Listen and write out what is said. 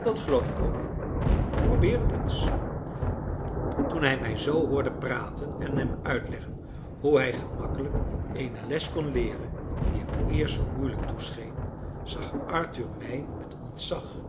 dat geloof ik ook probeer het eens toen hij mij zoo hoorde praten en hem uitleggen hoe hij gemakkelijk eene les kon leeren die hem eerst zoo moeilijk toescheen zag arthur mij met ontzag